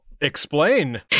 Explain